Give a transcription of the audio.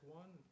one